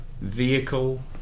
vehicle